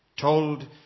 Told